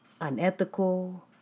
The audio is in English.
unethical